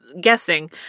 guessing